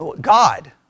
God